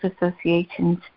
associations